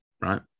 right